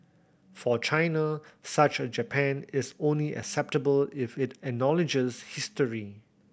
for China such a Japan is only acceptable if it acknowledges history